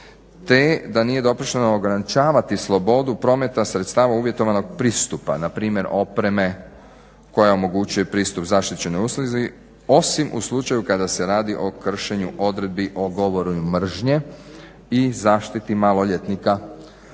te da nije dopušteno ograničavati slobodu prometa sredstava uvjetovanog pristupa, npr. opreme koja omogućuje pristup zaštićenoj usluzi osim u slučaju kada se radi o kršenju odredbi o govoru mržnje i zaštiti maloljetnika.